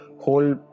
whole